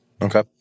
Okay